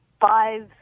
five